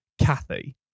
Kathy